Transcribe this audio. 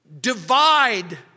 divide